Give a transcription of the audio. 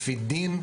לפי דין.